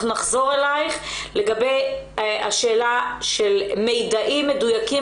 אנחנו נחזור אליך לגבי השאלה של מיידעים מדויקים